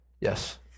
yes